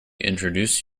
introduce